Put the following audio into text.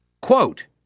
quote